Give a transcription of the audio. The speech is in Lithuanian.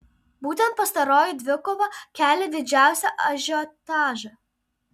būtent pastaroji dvikova kelia didžiausią ažiotažą